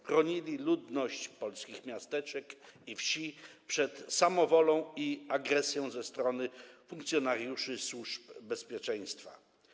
Chronili ludność polskich miasteczek i wsi przed samowolą i agresją ze strony funkcjonariuszy służb bezpieczeństwa.